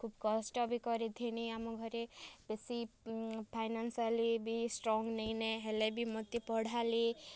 ଖୁବ୍ କଷ୍ଟ ବି କରିଥିନି ଆମ ଘରେ ବେଶୀ ଫାଇନାନ୍ସିଆଲି ବି ଷ୍ଟ୍ରଙ୍ଗ୍ ନେଇଁନେ ହେଲେ ବି ମୋତେ ପଢ଼ାଲେ